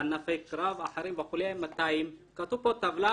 בענפי קרב ואחרים 200. יש פה טבלה